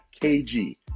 KG